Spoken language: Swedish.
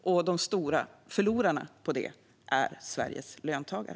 Och de stora förlorarna på det skulle vara Sveriges löntagare.